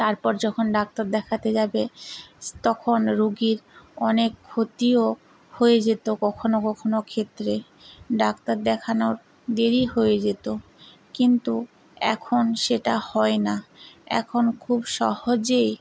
তারপর যখন ডাক্তার দেখাতে যাবে তখন রুগীর অনেক ক্ষতিও হয়ে যেতো কখনো কখনো ক্ষেত্রে ডাক্তার দেখানোর দেরি হয়ে যেতো কিন্তু এখন সেটা হয় না এখন খুব সহজেই